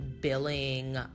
billing